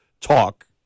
talk